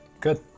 Good